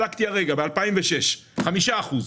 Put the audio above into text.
בדקתי הרגע, ב-2006, 5 אחוז.